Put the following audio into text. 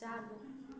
चालू